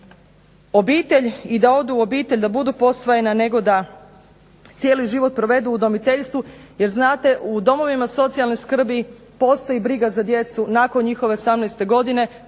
obitelj i da odu u obitelj i da budu posvojena nego da cijeli život provedu u udomiteljstvu. Jer znate u domovima socijalne skrbi postoji briga za djecu nakon njihove 18. godine,